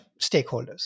stakeholders